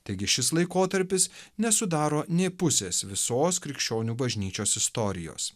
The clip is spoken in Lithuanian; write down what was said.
taigi šis laikotarpis nesudaro nė pusės visos krikščionių bažnyčios istorijos